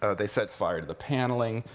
ah they set fire to the paneling.